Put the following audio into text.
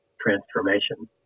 transformation